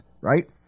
right